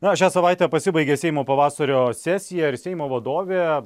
na šią savaitę pasibaigė seimo pavasario sesija ir seimo vadovė